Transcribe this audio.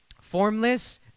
Formless